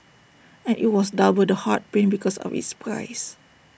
and IT was double the heart pain because of its price